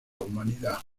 humanidad